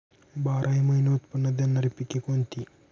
बाराही महिने उत्त्पन्न देणारी पिके कोणती?